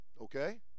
Okay